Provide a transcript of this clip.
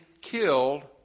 killed